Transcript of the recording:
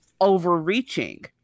overreaching